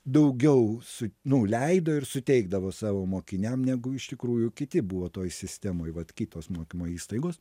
daugiau su nu leido ir suteikdavo savo mokiniam negu iš tikrųjų kiti buvo toj sistemoj vat kitos mokymo įstaigos